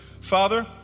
Father